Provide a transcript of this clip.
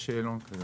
יש שאלון.